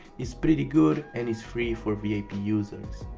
its pretty good and its free for vip users.